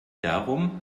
darum